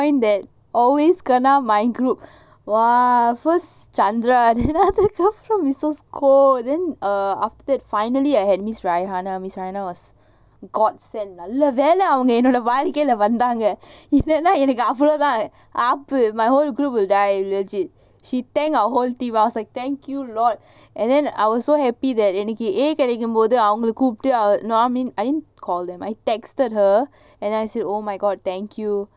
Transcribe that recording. point that always kena my group !wah! first chandra then missus koh then err after that finally I had miss raihana miss raihana was god send நல்லவேளைஅவங்கஎன்னோடவாழ்க்கைலவந்தாங்கஇல்லனாஎனக்குஅவ்ளோதான்ஆப்பு:nalla vela avanga ennoda valkaila vandhanga illana avlodhan aapu my whole group will die legit she tank our whole team I was like thank you lord and then I was so happy that எனக்குஏகிடைக்கும்போதுஅவங்ககூப்டு:enaku a kedaikumpothu avanga kooptu I didn't call them I texted her and I said oh my god thank you